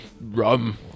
Rum